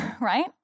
right